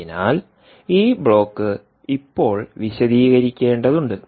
അതിനാൽ ഈ ബ്ലോക്ക് ഇപ്പോൾ വിശദീകരിക്കേണ്ടതുണ്ട്